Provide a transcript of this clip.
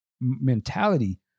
mentality